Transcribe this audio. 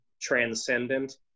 transcendent